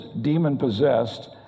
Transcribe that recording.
demon-possessed